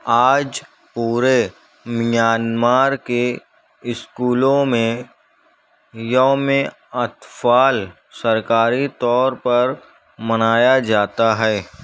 آج پورے میانمار کے اسکولوں میں یوم اطفال سرکاری طور پر منایا جاتا ہے